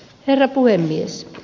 herra puhemies